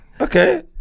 okay